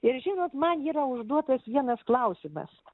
ir žinot man yra užduotas vienas klausimas